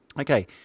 Okay